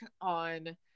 on